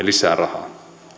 lisää rahaa